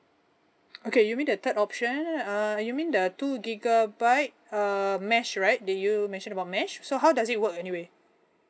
okay you mean the third option uh you mean the two gigabyte uh mesh right did you mention about mesh so how does it work anyway